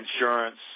insurance